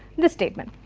this statement,